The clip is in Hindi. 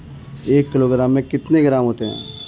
एक किलोग्राम में कितने ग्राम होते हैं?